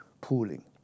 pooling